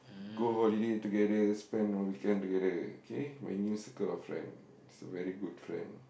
go holiday together spend our weekend together okay my new circle of friend it's very good friend